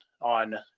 on